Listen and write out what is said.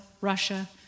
Russia